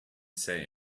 say